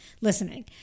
listening